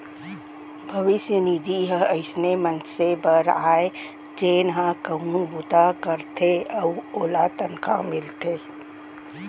भविस्य निधि ह अइसन मनसे बर आय जेन ह कहूँ बूता करथे अउ ओला तनखा मिलथे